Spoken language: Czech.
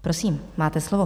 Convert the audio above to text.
Prosím, máte slovo.